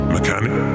Mechanic